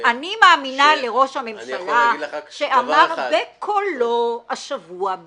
אני מאמינה לראש הממשלה שאמר בקולו השבוע,